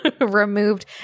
removed